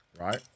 Right